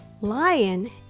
Lion